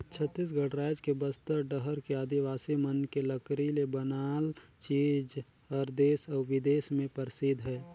छत्तीसगढ़ रायज के बस्तर डहर के आदिवासी मन के लकरी ले बनाल चीज हर देस अउ बिदेस में परसिद्ध हे